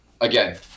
again